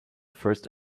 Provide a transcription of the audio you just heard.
first